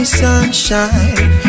sunshine